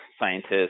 scientists